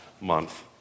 month